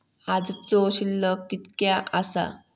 आजचो शिल्लक कीतक्या आसा?